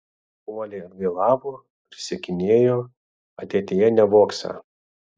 uoliai atgailavo prisiekinėjo ateityje nevogsią